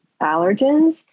allergens